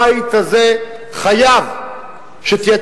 הבית הזה חייב שתהיה,